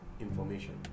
information